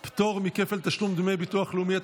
בעד, 17, נגד, אין, אין נמנעים.